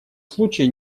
случае